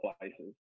places